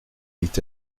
dit